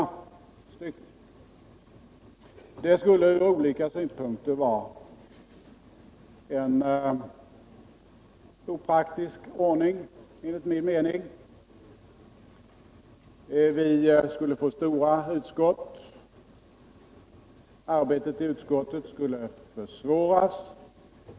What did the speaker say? Enligt min mening skulle detta från olika synpunkter vara opraktiskt. Vi skulle få stora utskott. Arbetet i utskotten skulle försvåras.